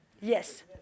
Yes